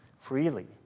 freely